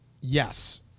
Yes